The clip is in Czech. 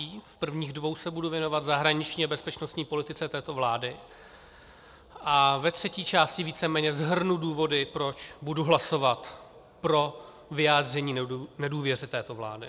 V prvních dvou se budu věnovat zahraničně bezpečnostní politice této vlády a ve třetí části víceméně shrnu důvody, proč budu hlasovat pro vyjádření nedůvěře této vládě.